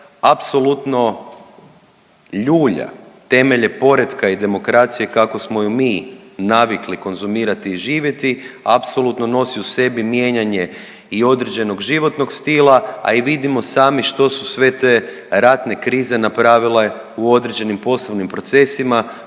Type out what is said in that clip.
apsolutno ljulja temelje poretka i demokracije kako smo ju mi navikli konzumirati i živjeti apsolutno nosi u sebi mijenjanje i određenog životnog stila, a i vidimo sami što su sve te ratne krize napravile u određenim poslovnim procesima,